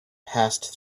passed